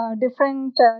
different